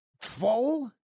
full